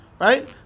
right